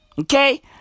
Okay